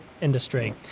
industry